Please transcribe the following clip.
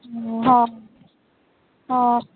ਹਾਂ ਹਾਂ